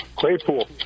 Claypool